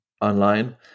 online